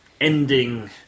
ending